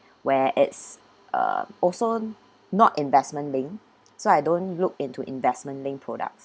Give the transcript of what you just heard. where it's uh also not investment linked so I don't look into investment linked products